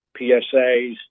PSAs